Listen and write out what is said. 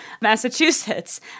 Massachusetts